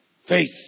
Faith